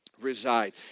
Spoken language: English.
reside